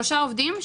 שלושה עובדים,